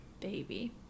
baby